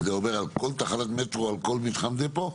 זה אומר על כל תחנת מטרו, על כל מתחם דפו?